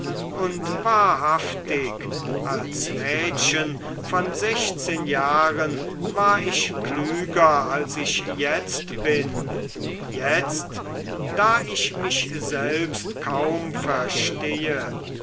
und wahrhaftig als mädchen von sechzehn jahren war ich klüger als ich jetzt bin jetzt da ich mich selbst kaum verstehe